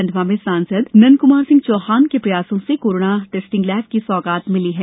खंडवा में सांसद नंदक्मार सिंह चौहान के प्रयासों से कोरोना टेस्टिंग लैब की सौगात मिली है